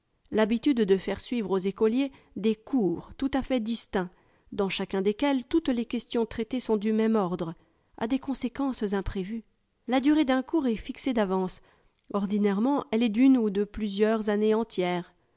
l'habitude de faire suivre aux écoliers des couru tout à fait distincts dans chacun desquels toutes les questions traitées sont du même ordre a des conséquences imprévues la durée d'un cours est fixée d'avance ordinairement elle est d'une ou de plusieurs années entières